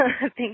Thanks